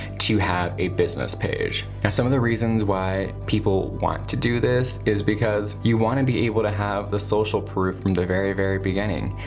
to have a business page. and some of the reasons why people want to do this is because you wanna be able to have the social proof from the very, very beginning.